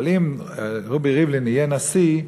אבל אם רובי ריבלין יהיה נשיא,